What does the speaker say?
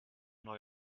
neu